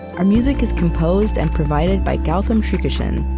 our music is composed and provided by gautam srikishan.